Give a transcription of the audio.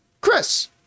Chris